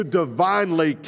divinely